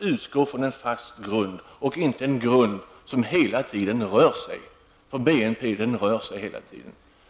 utgå från en fast grund, och inte en grund som hela tiden rör sig -- och BNP rör sig hela tiden.